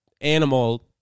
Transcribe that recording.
animal